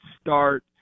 start